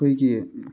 ꯑꯩꯈꯣꯏꯒꯤ